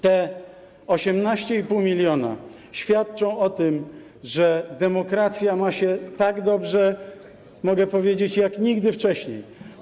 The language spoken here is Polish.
Te 18,5 mln świadczy o tym, że demokracja ma się tak dobrze, mogę powiedzieć, jak nigdy wcześniej.